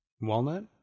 Walnut